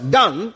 done